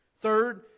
Third